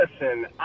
listen